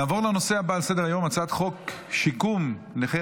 נעבור לנושא הבא על סדר-היום: הצעת חוק שיקום נכי